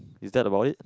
is that about it